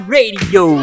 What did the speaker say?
Radio